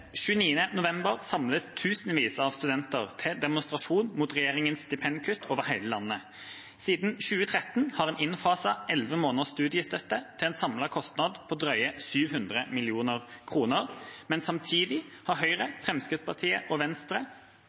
«29. november samles tusenvis av studenter til demonstrasjon mot regjeringens stipendkutt. Siden 2013 har en innfasa 11 måneders studiestøtte til en samlet kostnad på drøye 700 mill. kroner, men samtidig har Høyre, Fremskrittspartiet og Venstre